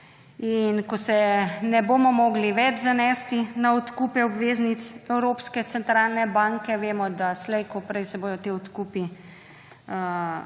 in ko se ne bomo mogli več zanesti na odkupe obveznic Evropske centralne banke, vemo, da slej ko prej se bodo ti odkupi